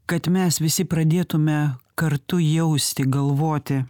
kad mes visi pradėtume kartu jausti galvoti